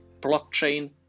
blockchain